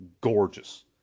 gorgeous